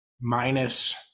minus